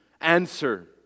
answer